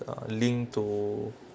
ah linked to